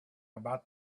about